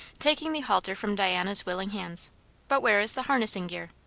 taking the halter from diana's willing hands but where is the harnessing gear?